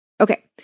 Okay